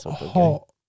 hot